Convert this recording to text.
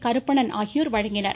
கருப்பணன் ஆகியோர் வழங்கினர்